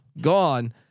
gone